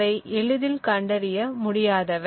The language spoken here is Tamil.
அவை எளிதில் கண்டறிய முடியாதவை